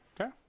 okay